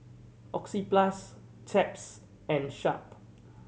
Oxyplus Chaps and Sharp